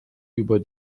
über